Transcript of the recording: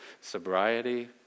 sobriety